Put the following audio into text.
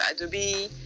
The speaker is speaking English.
adobe